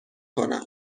کنم